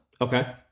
Okay